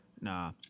Nah